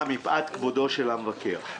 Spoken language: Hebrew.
מפאת כבודו של המבקר,